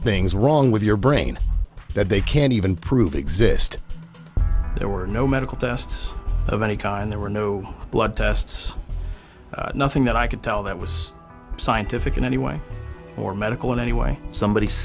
things wrong with your brain that they can't even prove exist there were no medical tests of any kind there were no blood tests nothing that i could tell that was scientific in any way or medical in any way somebody